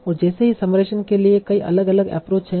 और जैसे कि समराइजेशन के लिए कई अलग अलग एप्रोच हैं